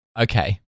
okay